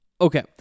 Okay